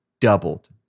doubled